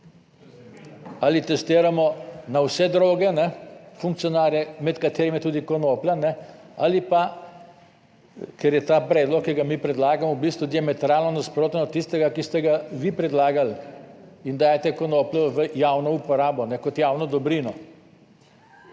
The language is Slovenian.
Ali testiramo na vse droge funkcionarje, med katerimi je tudi konoplja ali pa, ker je ta predlog, ki ga mi predlagamo v bistvu diametralno nasproten od tistega, ki ste ga vi predlagali in dajete konopljo v javno uporabo kot javno dobrino.